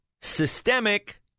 systemic